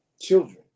children